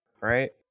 right